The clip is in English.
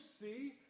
see